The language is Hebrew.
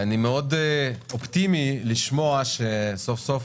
אני מאוד אופטימי לשמוע שסוף סוף